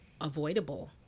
avoidable